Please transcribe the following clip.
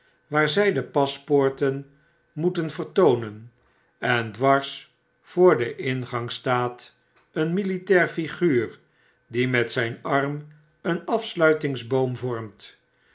waar zy de paspoorten moeten vertoonen en dwars voor den ingang staat een militaire figuur die met zfln arm een afsluitingsboom vormt